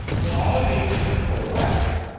when all of these things coalesced,